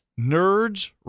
Nerds